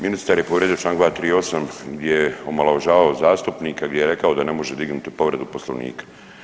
Ministar je povrijedio Članak 238., gdje je omalovažavao zastupnike gdje je rekao da ne može dignuti povredu Poslovnika.